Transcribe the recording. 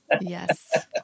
yes